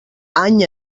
any